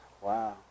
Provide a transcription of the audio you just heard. Wow